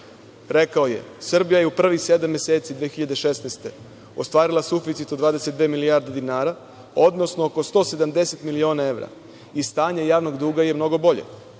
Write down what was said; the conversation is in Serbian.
Rekao je – „Srbija je u prvih sedam meseci 2016. godine ostvarila suficit od 22 milijarde dinara, odnosno oko 170 miliona evra i stanje javnog duga je mnogo bolje,